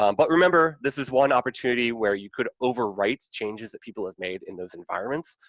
um but, remember, this is one opportunity where you could overwrite changes that people have made in those environments,